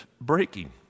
breaking